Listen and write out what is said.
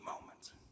moments